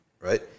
right